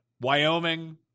Wyoming